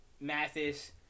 Mathis